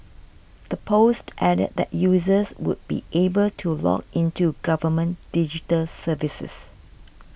the post added that users would be able to log into government digital services